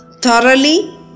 thoroughly